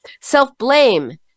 self-blame